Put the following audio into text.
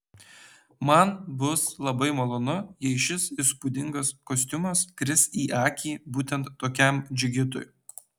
man bus labai malonu jei šis įspūdingas kostiumas kris į akį būtent tokiam džigitui